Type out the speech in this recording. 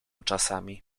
czasami